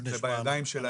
זה בידיים שלהם.